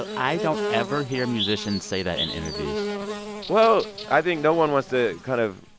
but i don't ever hear musicians say that in interviews well, i think no one wants to kind of